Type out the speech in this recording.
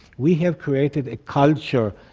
we have created a culture,